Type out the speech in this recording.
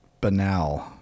banal